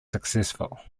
successful